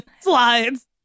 slides